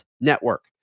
Network